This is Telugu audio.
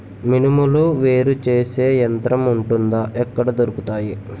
మినుములు వేరు చేసే యంత్రం వుంటుందా? ఎక్కడ దొరుకుతాయి?